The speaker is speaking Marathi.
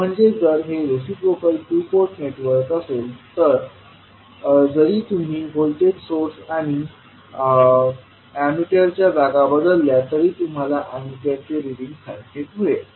म्हणजे जर हे रिसिप्रोकल टू पोर्ट नेटवर्क असेल तर जरी तुम्ही व्होल्टेज सोर्स आणि एमीटरच्या जागा बदलल्या तरी तुम्हाला एमीटरचे रिडींग सारखेच मिळेल